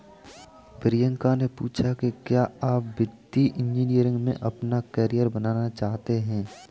प्रियंका ने पूछा कि क्या आप वित्तीय इंजीनियरिंग में अपना कैरियर बनाना चाहते हैं?